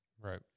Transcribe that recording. Right